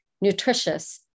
nutritious